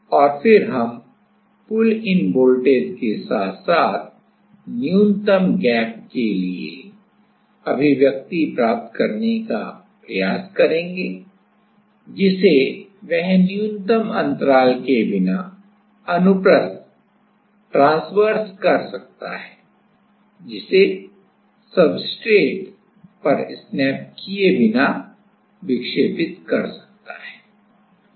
और फिर हम पुल इन वोल्टेज के साथ साथ न्यूनतम गैप के लिए अभिव्यक्ति प्राप्त करने का प्रयास करेंगे जिसे वह न्यूनतम अंतराल के बिना अनुप्रस्थ कर सकता है जिसे सब्सट्रेट पर स्नैप किए बिना विक्षेपित कर सकता है